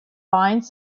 binds